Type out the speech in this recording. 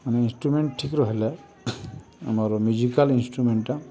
ମାନେ ଇନ୍ଷ୍ଟ୍ରୁମେଣ୍ଟ୍ ଠିକ୍ ରହିଲେ ଆମର ମ୍ୟୁଜିକାଲ୍ ଇନ୍ଷ୍ଟ୍ରୁମେଣ୍ଟଟା